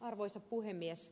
arvoisa puhemies